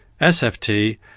sft